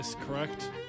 Correct